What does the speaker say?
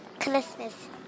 Christmas